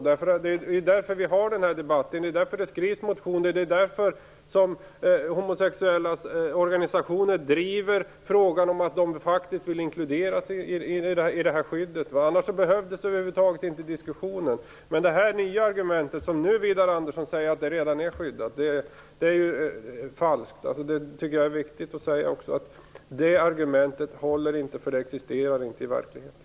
Det är därför det skrivs motioner, det är därför vi har den här debatten, det är därför de homosexuellas organisationer driver frågan att de skall inkluderas i detta skydd. Annars behövdes den här diskussionen över huvud taget inte! Men Widar Anderssons påstående att de homosexuella som grupp redan är skyddade är falskt. Det argumentet håller inte - det skyddet existerar inte i verkligheten.